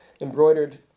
embroidered